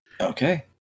Okay